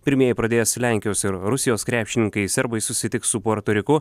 pirmieji pradės lenkijos ir rusijos krepšininkai serbai susitiks su puerto riku